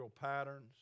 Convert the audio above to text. patterns